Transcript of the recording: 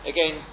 Again